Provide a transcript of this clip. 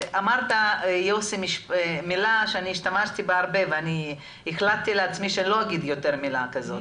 אמרת יוסי מילה שהשתמשתי בה הרבה והחלטתי שלא אומר יותר את המילה הזאת,